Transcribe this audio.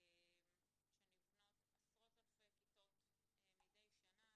שנבנות עשרות אלפי כיתות מדי שנה.